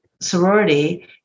sorority